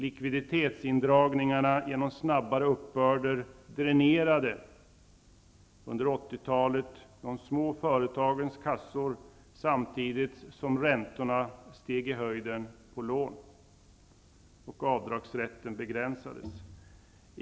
Likviditetsindragningarna genom snabbare uppbörder dränerade under 80-talet de små företagens kassor, samtidigt som räntorna på lån steg i höjden. Avdragsrätten begränsades.